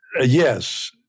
yes